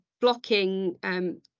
blocking